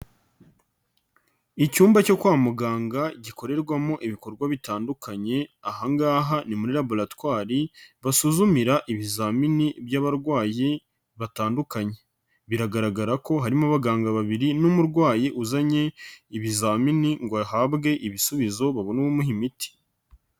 Icyumba cyo kwa muganga gikorerwamo ibikorwa bitandukanye, aha ngaha ni muri laboratwari basuzumira ibizamini by'abarwayi batandukanye, biragaragara ko harimo abaganga babiri n'umurwayi uzanye ibizamini ngo ahabwe ibisubizo babone umuha imiti.